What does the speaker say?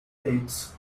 plates